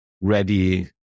ready